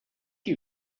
you